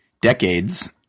decades